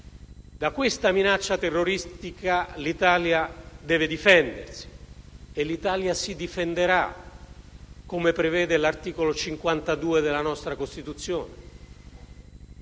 Da questa minaccia terroristica l'Italia deve difendersi e l'Italia si difenderà, come prevede l'articolo 52 della nostra Costituzione.